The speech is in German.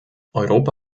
europa